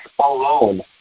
alone